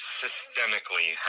systemically